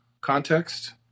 context